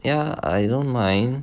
ya I don't mind